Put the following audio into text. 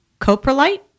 coprolite